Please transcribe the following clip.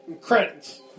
Credits